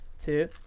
Two